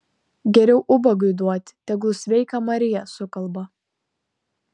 geriau ubagui duoti tegul sveika marija sukalba